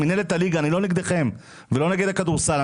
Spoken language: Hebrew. מינהלת הליגה, אני לא נגדכם ולא נגד הכדורסל.